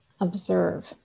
Observe